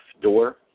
door